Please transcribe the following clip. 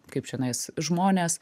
kaip čionais žmonės